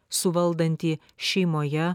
suvaldantį šeimoje